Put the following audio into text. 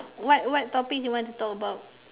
what what topics you want to talk about